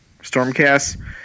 stormcast